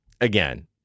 Again